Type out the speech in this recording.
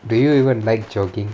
do you even like jogging